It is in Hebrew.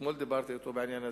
אתמול דיברתי אתו בעניין הזה,